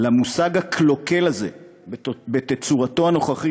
למושג הקלוקל הזה בתצורתו הנוכחית,